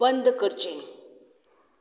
बंद करचें